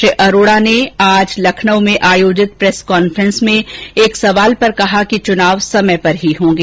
श्री अरोड़ा ने आज लखनऊ में आयोजित प्रेस कांफ्रेस में एक सवाल पर कहा कि चुनाव समय पर ही होंगे